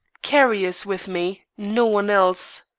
carrie is with me no one else,